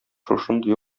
шушындый